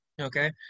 Okay